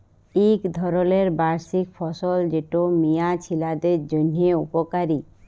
ইক ধরলের বার্ষিক ফসল যেট মিয়া ছিলাদের জ্যনহে উপকারি